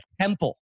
temple